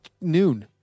noon